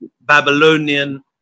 Babylonian